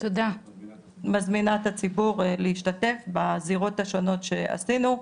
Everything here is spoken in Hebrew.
מזמינה את הציבור להשתתף בזירות השונות שעשינו,